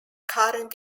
current